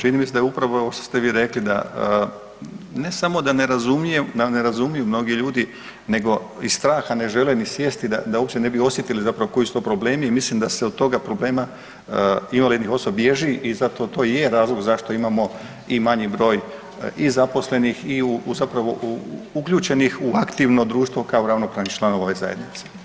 Čini mi se da je upravo ovo što ste vi rekli ne samo da ne razumiju mnogi ljudi, nego iz straha ne žele ni sjesti da uopće ne bi osjetili zapravo koji su to problemi i mislim da se od toga problema invalidnih osoba bježi i zato to i je razlog zašto imamo i manji broj i zaposlenih i zapravo uključenih u aktivno društvo kao ravnopravnih članova ove zajednice.